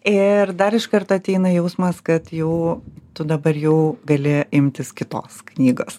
ir dar iš karto ateina jausmas kad jau tu dabar jau gali imtis kitos knygos